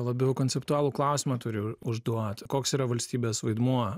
labiau konceptualų klausimą turiu užduot koks yra valstybės vaidmuo